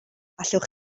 allwch